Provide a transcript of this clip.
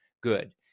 good